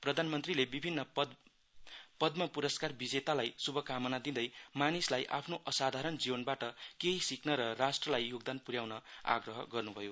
प्रधानमन्त्रीले विभिन्न पदम पुरस्कार विजेतालाई शुभकामना दिँदै मानिसलाई आफ्नो असाधारण जीवनबाट केहि सिक्न र राष्ट्रलाई योगदान पुर्याउन आग्रह गर्नु भयो